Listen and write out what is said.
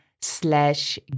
slash